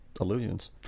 Illusions